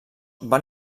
van